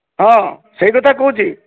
ହଁ ସେଇ କଥା କହୁଛି